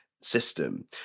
system